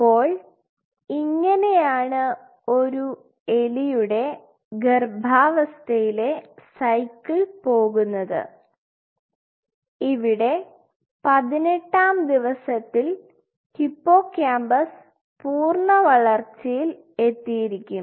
അപ്പോൾ ഇങ്ങനെയാണ് ഒരു എലിയുടെ ഗർഭാവസ്ഥയിലെ സൈക്കിൾ പോകുന്നത് ഇവിടെ പതിനെട്ടാം ദിവസത്തിൽ ഹിപ്പോകാമ്പസ് പൂർണ വളർച്ചയിൽ എത്തിയിരിക്കും